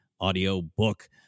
audiobook